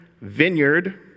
vineyard